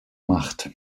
macht